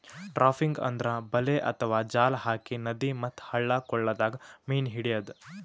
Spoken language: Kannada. ಟ್ರಾಪಿಂಗ್ ಅಂದ್ರ ಬಲೆ ಅಥವಾ ಜಾಲ್ ಹಾಕಿ ನದಿ ಮತ್ತ್ ಹಳ್ಳ ಕೊಳ್ಳದಾಗ್ ಮೀನ್ ಹಿಡ್ಯದ್